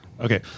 Okay